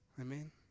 Amen